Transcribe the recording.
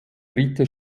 dritte